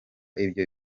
ibyo